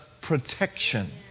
protection